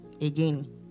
again